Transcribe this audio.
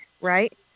right